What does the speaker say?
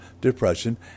depression